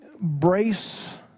brace